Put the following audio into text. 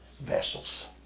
vessels